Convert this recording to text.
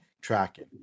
tracking